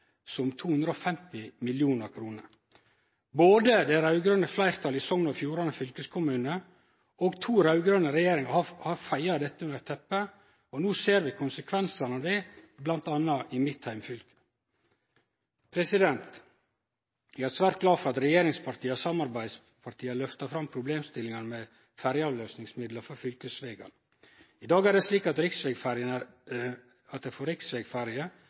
250 mill. kr. Både det raud-grøne fleirtalet i Sogn og Fjordane fylkeskommune og to raud-grøne regjeringar har feia dette under teppet, og no ser vi konsekvensane av det, bl.a. i mitt heimfylke. Eg er svært glad for at regjeringspartia og samarbeidspartia lyftar fram problemstillingane med ferjeavløysingsmidlar for fylkesvegane. I dag er det slik at det for riksvegferjer er etablert ei ordning med ferjeavløysingsmidlar for